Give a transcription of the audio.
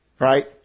Right